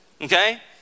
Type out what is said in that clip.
Okay